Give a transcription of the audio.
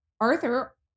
Arthur